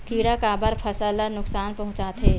किड़ा काबर फसल ल नुकसान पहुचाथे?